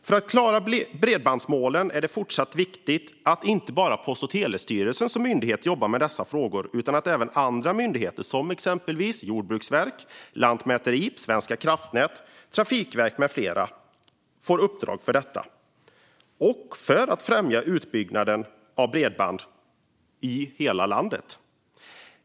För att klara bredbandsmålen är det viktigt att inte bara Post och telestyrelsen jobbar med dessa frågor utan även andra myndigheter, till exempel Jordbruksverket, Lantmäteriet, Svenska kraftnät och Trafikverket - detta för att främja utbyggnaden av bredband i hela landet.